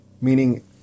Meaning